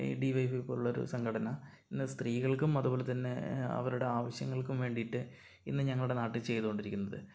DYFI പോലുള്ളൊരു സംഘടന പിന്നെ സ്ത്രീകൾക്കും അതുപോലെ തന്നെ അവരുടെ ആവശ്യങ്ങൾക്കും വേണ്ടിയിട്ട് ഇന്ന് ഞങ്ങളുടെ നാട്ടിൽ ചെയ്തുകൊണ്ടിരിക്കുന്നത്